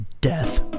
Death